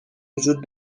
وجود